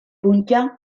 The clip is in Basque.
punta